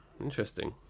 interesting